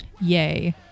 Yay